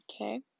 Okay